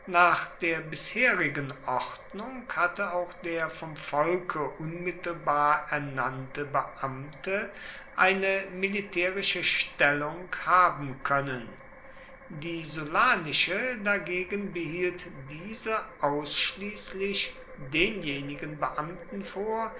nach der bisherigen ordnung hatte auch der vom volke unmittelbar ernannte beamte eine militärische stellung haben können die sullanische dagegen behielt diese ausschließlich denjenigen beamten vor